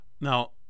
Now